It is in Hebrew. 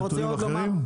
יש לך נתונים אחרים?